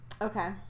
Okay